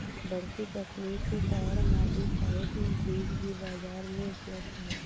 बढ़ती तकनीक के कारण मॉडिफाइड बीज भी बाजार में उपलब्ध है